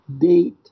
date